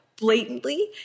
blatantly